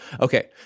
Okay